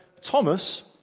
Thomas